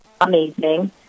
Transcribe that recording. amazing